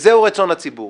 וזהו רצון הציבור: